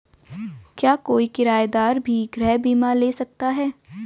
क्या कोई किराएदार भी गृह बीमा ले सकता है?